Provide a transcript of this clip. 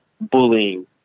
bullying